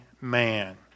man